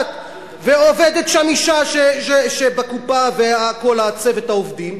ועובדת שם אשה בקופה וכן כל צוות העובדים.